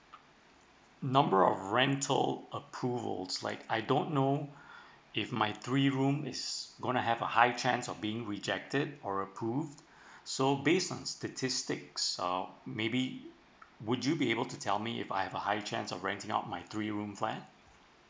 number of rental approvals like I don't know if my three room is gonna have a high chance of being rejected or approve so based on statistics um maybe would you be able to tell me if I have a high chance of renting out my three room flat